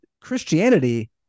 Christianity